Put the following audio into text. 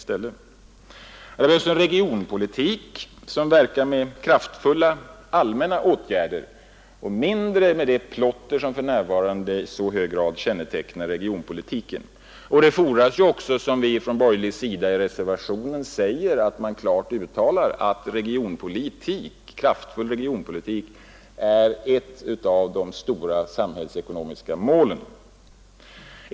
Det behövs en regionpolitik som verkar med kraftfulla åtgärder och mindre med det plotter som för närvarande i så hög grad kännetecknar regionpolitiken. Det fordras också, såsom vi säger i den borgerliga reservationen, att man klart uttalar att en kraftfull regionpolitik är ett av de stora samhällsekonomiska målen.